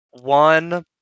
one